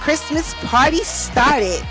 christmas party started